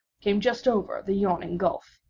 came just over the yawning gulf.